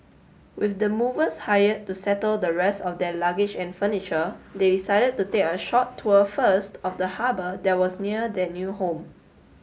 with the movers hired to settle the rest of their luggage and furniture they decided to take a short tour first of the harbour that was near the new home